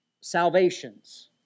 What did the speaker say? salvations